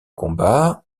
combat